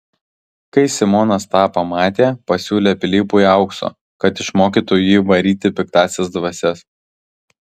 kai simonas tą pamatė pasiūlė pilypui aukso kad išmokytų jį varyti piktąsias dvasias